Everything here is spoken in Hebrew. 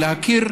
של העיזים,